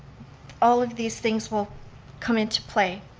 all of these things will come into play.